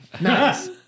Nice